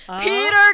Peter